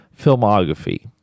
filmography